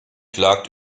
klagt